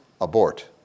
abort